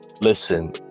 listen